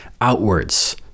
outwards